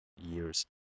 years